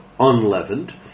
unleavened